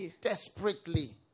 desperately